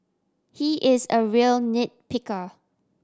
he is a real nit picker